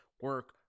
Work